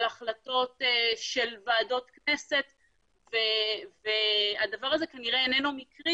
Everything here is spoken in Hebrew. על החלטות של ועדות כנסת והדבר הזה כנראה אינו מקרי